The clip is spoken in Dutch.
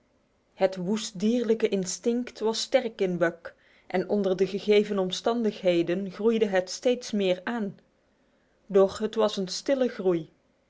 het woest dierlijke instinct was sterk in buck en onder de gegeven omstandigheden groeide het steeds meer aan doch het was een stille groei